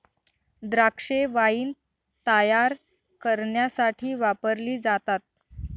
द्राक्षे वाईन तायार करण्यासाठी वापरली जातात